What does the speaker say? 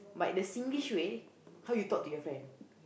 like the Singlish way how you talk to your friend